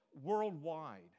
worldwide